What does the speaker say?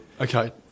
okay